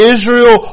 Israel